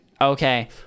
Okay